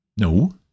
no